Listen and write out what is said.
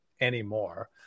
anymore